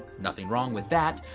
nothing wrong with that,